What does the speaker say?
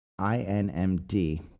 INMD